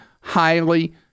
highly